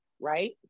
right